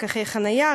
פקחי חניה,